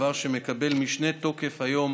דבר שמקבל משנה תוקף היום,